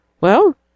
Well